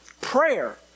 Prayer